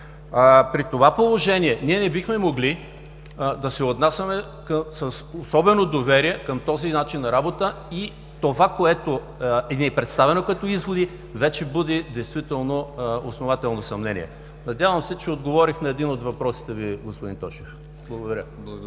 При това положение ние не бихме могли да се отнасяме с особено доверие към този начин на работа и това, което ни е представено като изводи, действително буди основателни съмнения. Надявам се, че отговорих на един от въпросите Ви, господин Тошев. Благодаря.